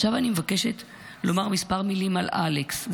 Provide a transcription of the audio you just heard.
עכשיו אני מבקשת לומר כמה מילים על אלכס,